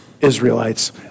Israelites